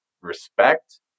respect